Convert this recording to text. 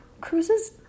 cruises